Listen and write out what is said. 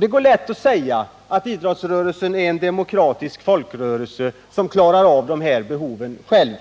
Det går lätt att säga att idrotten är en demokratisk folkrörelse som klarar av de här behoven själv.